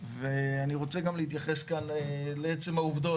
ואני רוצה גם להתייחס כאן לעצם העובדות,